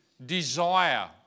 desire